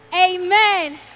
Amen